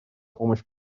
помощь